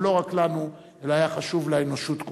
לא רק לנו אלא היה חשוב לאנושות כולה.